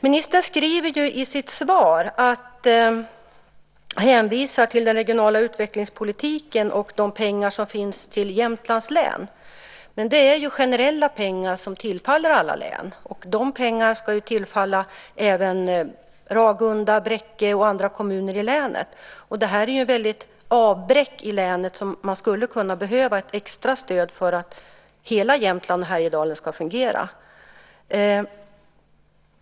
Ministern hänvisar i sitt svar till den regionala utvecklingspolitiken och de pengar som finns till Jämtlands län, men det är generella pengar som tillfaller alla län. Dessa pengar ska tillfalla även Ragunda, Bräcke och andra kommuner i länet. Det här är ett väldigt avbräck för länet, så man skulle behöva ett extra stöd för att hela Jämtland och Härjedalen ska fungera.